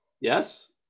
yes